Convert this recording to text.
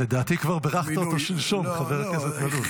לדעתי כבר בירכת אותו שלשום, חבר הכנסת מלול.